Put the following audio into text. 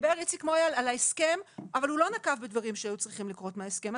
איציק מויאל דיבר על ההסכם אבל הוא לא נקב בדברים שצריכים לקרות מההסכם,